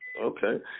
Okay